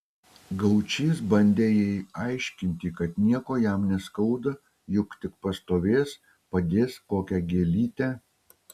gaučys bandė jai aiškinti kad nieko jam neskauda juk tik pastovės padės kokią gėlytę